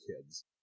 kids